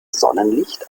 sonnenlicht